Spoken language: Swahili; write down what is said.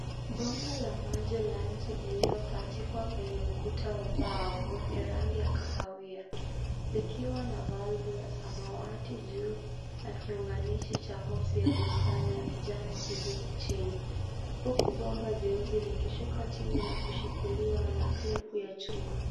Bomba la maji laanze limewekwa kando ya ukuta wa mbao wenye rangi ya kahawia. Lina valvu ya samawati juu na kionganishi cha hose ya plastiki ya kijani chini. Bomba la zeuzi linapanda chini na kushikiliwa na klipu ya rangi ya chungwa